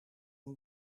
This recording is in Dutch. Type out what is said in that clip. een